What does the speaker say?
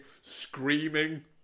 screaming